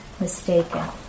mistaken